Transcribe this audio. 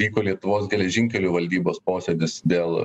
vyko lietuvos geležinkelių valdybos posėdis dėl